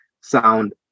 sound